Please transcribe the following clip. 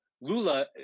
lula